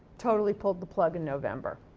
totally pulled the plug in november.